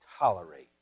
Tolerate